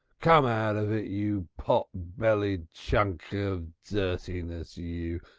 come out of it, you pot-bellied chunk of dirtiness, you!